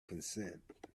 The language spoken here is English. consent